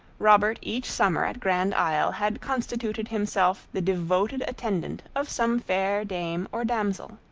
robert each summer at grand isle had constituted himself the devoted attendant of some fair dame or damsel.